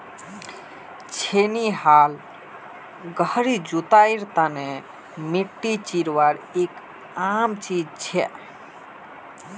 छेनी हाल गहरी जुताईर तने मिट्टी चीरवार एक आम चीज छे